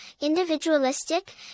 individualistic